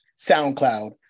soundcloud